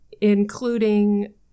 including